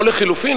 או לחלופין,